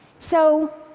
so